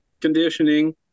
conditioning